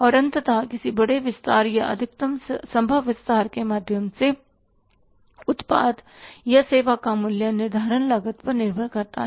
और अंततः किसी बड़े विस्तार या अधिकतम संभव विस्तार के माध्यम से उत्पाद या सेवा का मूल्य निर्धारण लागत पर निर्भर करता है